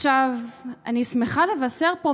אני שמחה לבשר פה,